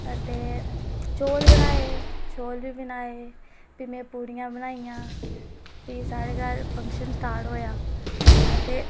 ते चौल बनाए चौल बी बनाए ते भी में पूड़ियां बनाइयां भी साढ़े घर फंक्शन स्टार्ट होएआ ते